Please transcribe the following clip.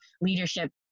leadership